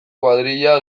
kuadrilla